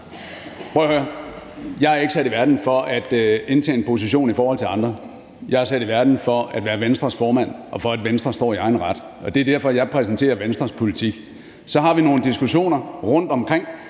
Jeg er ikke sat i verden for at indtage en position i forhold til andre. Jeg er sat i verden for at være Venstres formand, og for at Venstre står i egen ret. Og det er derfor, jeg præsenterer Venstres politik. Så har vi nogle diskussioner rundtomkring,